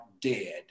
dead